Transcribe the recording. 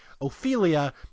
Ophelia